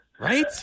Right